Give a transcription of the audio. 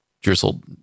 drizzled